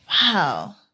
Wow